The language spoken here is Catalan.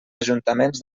ajuntaments